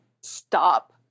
stop